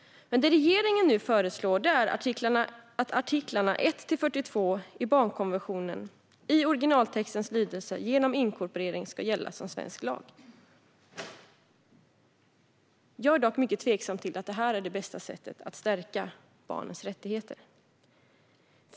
Det regeringen nu föreslår är dock att artiklarna 1-42 i barnkonventionen, i originaltextens lydelse, genom inkorporering ska gälla som svensk lag. Jag är mycket tveksam till att det är det bästa sättet att stärka barnens rättigheter.